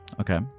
Okay